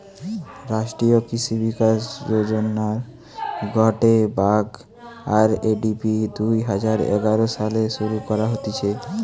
রাষ্ট্রীয় কৃষি বিকাশ যোজনার গটে ভাগ, আর.এ.ডি.পি দুই হাজার এগারো সালে শুরু করা হতিছে